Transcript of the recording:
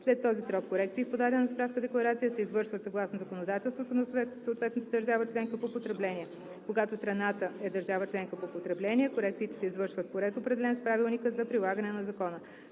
След този срок корекции в подадена справка-декларация се извършват съгласно законодателството на съответната държава членка по потребление. Когато страната е държава членка по потребление, корекциите се извършват по ред, определен с Правилника за прилагане на Закона.